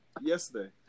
Yesterday